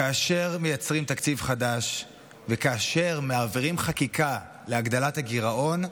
כאשר מייצרים תקציב חדש וכאשר מעבירים חקיקה להגדלת הגירעון,